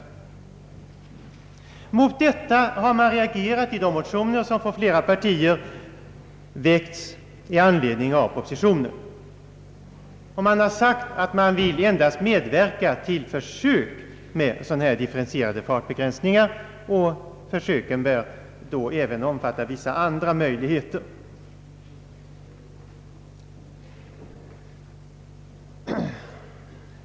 Mot detta har man reagerat i de motioner som från flera partiers sida har väckts i anledning av propositionen. Det har i motionerna sagts att man kan medverka till försök med differentierade fartbegränsningar men att försöken även bör omfatta vissa andra möjligheter.